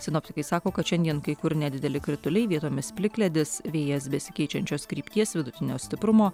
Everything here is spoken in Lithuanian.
sinoptikai sako kad šiandien kai kur nedideli krituliai vietomis plikledis vėjas besikeičiančios krypties vidutinio stiprumo